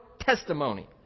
testimony